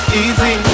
easy